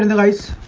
and allies